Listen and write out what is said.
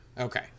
Okay